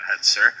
sir